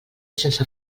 sense